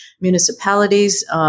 municipalities